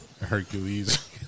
Hercules